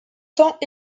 tant